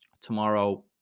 tomorrow